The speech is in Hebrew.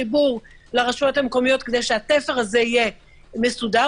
חיבור לרשות המקומיות כדי שהתפר הזה יהיה מסודר,